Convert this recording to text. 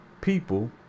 people